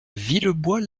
villebois